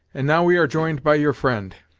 and now we are joined by your friend,